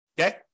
Okay